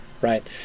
right